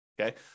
okay